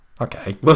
Okay